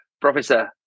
Professor